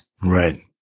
Right